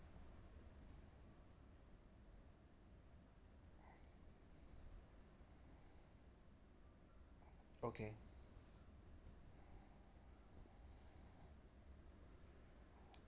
okay